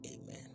Amen